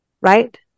right